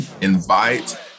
invite